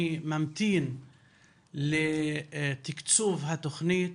אני ממתין לתקצוב התוכנית,